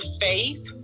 faith